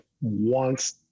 wants